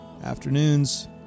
Afternoons